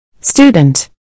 Student